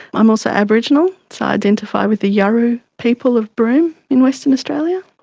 i'm also aboriginal, so identify with the yawuru people of broome in western australia.